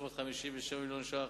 357 מיליון ש"ח,